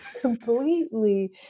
completely